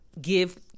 give